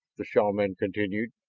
the shaman continued.